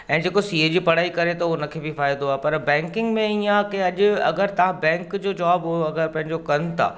ऐं जेको सीए जी पढ़ाई करे थो उनखे बि फ़ाइदो आहे पर बैंकिंग में हीअं आहे की अॼु अगरि तव्हां बैंक जो जॉब अगरि पंहिंजो कनि था